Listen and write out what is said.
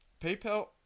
PayPal